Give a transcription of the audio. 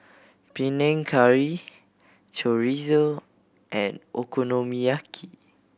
Panang Curry Chorizo and Okonomiyaki